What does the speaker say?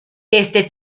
este